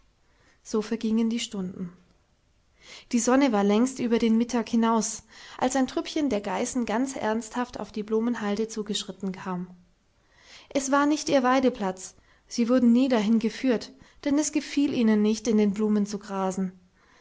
so vergingen die stunden die sonne war längst über den mittag hinaus als ein trüppchen der geißen ganz ernsthaft auf die blumenhalde zugeschritten kam es war nicht ihr weideplatz sie wurden nie dahin geführt denn es gefiel ihnen nicht in den blumen zu grasen